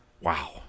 Wow